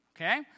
Okay